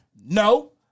No